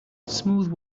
smooth